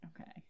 Okay